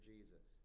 Jesus